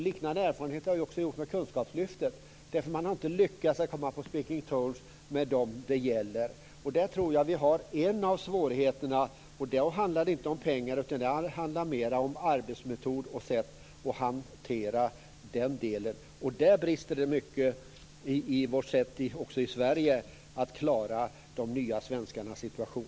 Liknande erfarenheter har också gjorts inom kunskapslyftet. Man har inte lyckats att komma på speaking terms med dem det gäller. Där tror jag att vi har en av svårigheterna. Då handlar det inte om pengar utan mer om arbetsmetod och om sättet att hantera den delen på. Där brister det också mycket i vårt sätt att i Sverige klara de nya svenskarnas situation.